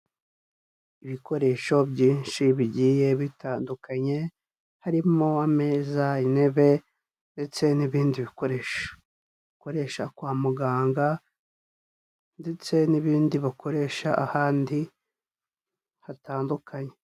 Ibikoresho byinshi bigiye bitandukanye, harimo ameza, intebe ndetse n'ibindi bikoresho bakoresha kwa muganga ndetse n'ibindi bakoresha ahandi hatandukanye.